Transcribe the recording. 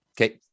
Okay